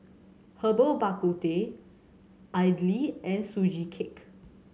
Herbal Bak Ku Teh idly and Sugee Cake